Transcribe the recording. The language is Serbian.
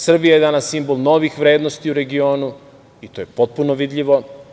Srbija je danas simbol novih vrednosti u regionu i to je potpuno vidljivo.